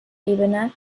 ebene